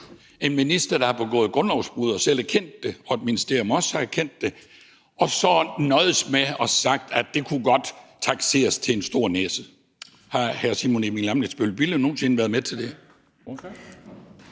en minister, der har begået grundlovsbrud og selv erkendt det, og hvor et ministerium også har erkendt det, og så har nøjedes med at sige, at det godt kunne takseres til en stor næse. Har hr. Simon Emil Ammitzbøll-Bille nogen sinde været med til det?